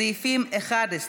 סעיפים 11,